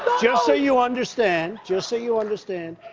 just so you understand. just so you understand.